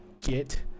get